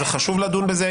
אז חשוב לדון בזה,